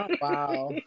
Wow